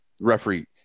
referee